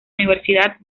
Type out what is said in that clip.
universidad